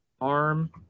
arm